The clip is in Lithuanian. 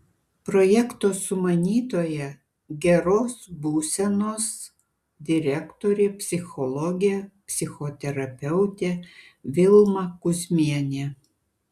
projekto sumanytoja geros būsenos direktorė psichologė psichoterapeutė vilma kuzmienė